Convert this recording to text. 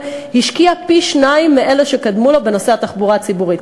השקיע פי-שניים לעומת אלה שקדמו לו בנושא התחבורה הציבורית.